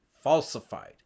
falsified